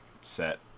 set